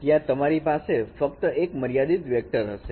ત્યાં તમારી પાસે ફક્ત એક મર્યાદીત વેક્ટર હશે